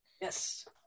Yes